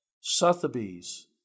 Sotheby's